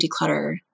declutter